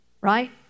Right